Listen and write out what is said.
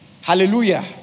Hallelujah